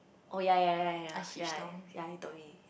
oh ya ya ya ya ya ya you told me